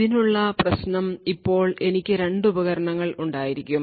ഇതിനുള്ള പ്രശ്നം ഇപ്പോൾ എനിക്ക് രണ്ട് ഉപകരണങ്ങൾ ഉണ്ടായിരിക്കും